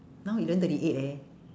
now eleven thirty eight leh